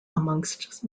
amongst